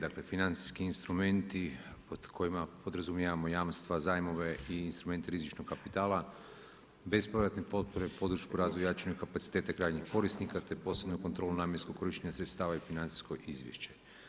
Dakle financijski instrumenti pod kojima podrazumijevamo jamstva, zajmove i instrumente rizičnog kapitala bez … potpore podršku jačanju kapaciteta krajnjeg korisnika te posebnu kontrolu namjenskog korištenja sredstava i financijsko izvješće.